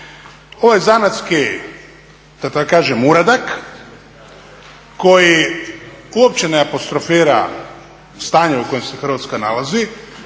ovaj zanatski da tako kažem uradak koji uopće ne apostrofira stanje u kojem se Hrvatska nalazi.